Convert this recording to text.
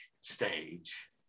stage